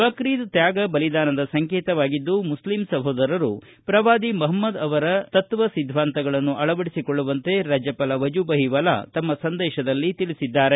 ಬಕ್ರೀದ್ ತ್ಯಾಗ ಬಲಿದಾನದ ಸಂಕೇತವಾಗಿದ್ದು ಮುಸ್ಲಿಂ ಸಹೋದರರು ಪ್ರವಾದಿ ಮಹಮದ್ ಅವರ ತತ್ವ ಸಿದ್ದಾಂತಗಳನ್ನು ಅಳವಡಿಸಿಕೊಳ್ಳುವಂತೆ ರಾಜ್ಯಪಾಲ ವಜೂಬಾಯಿ ವಾಲಾ ತಮ್ನ ಸಂದೇಶದಲ್ಲಿ ತಿಳಿಸಿದ್ದಾರೆ